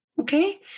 okay